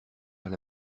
vers